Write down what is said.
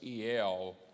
el